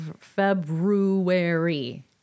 February